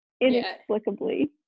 inexplicably